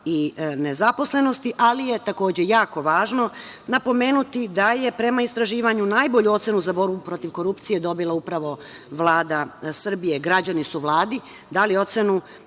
i nezaposlenosti, ali je takođe jako važno napomenuti da je, prema istraživanju, najbolju ocenu za borbu protiv korupcije dobila upravo Vlada Srbije. Građani su Vladi dali ocenu